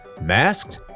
masked